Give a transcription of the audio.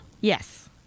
Yes